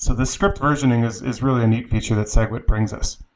so the script versioning is is really a neat feature that segwit brings us.